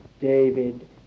David